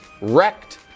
wrecked